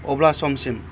अब्ला समसिम